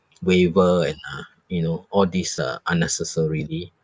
waiver and uh you know all these uh unnecessarily